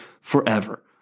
forever